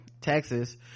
Texas